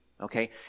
Okay